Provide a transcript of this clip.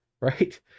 right